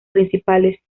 principales